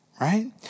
right